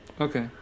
okay